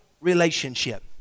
relationship